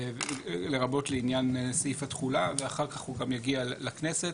לרבות לעניין סעיף התחולה ואחר כך הוא גם יגיע לכנסת.